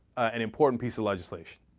an important piece of legislation